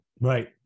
Right